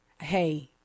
hey